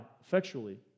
effectually